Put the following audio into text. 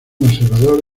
observador